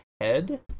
head